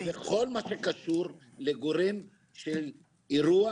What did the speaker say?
בכל מה שקשור לגורם של אירוע